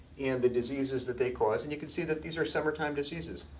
and the diseases that they cause. and you can see that these are summertime diseases.